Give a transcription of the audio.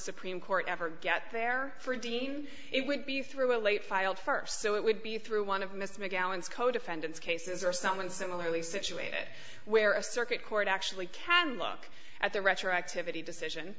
supreme court ever get there for dean it would be through a late filed first so it would be through one of mr gallant's co defendants cases or someone similarly situated where a circuit court actually can look at the retroactivity decision